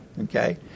okay